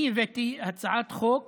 אני הבאתי הצעת חוק